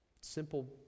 simple